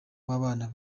w’abana